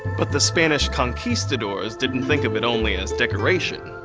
but the spanish conquistadors didn't think of it only as decoration.